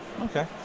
okay